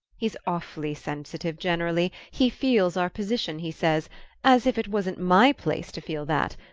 he's awfully sensitive, generally he feels our position, he says as if it wasn't my place to feel that!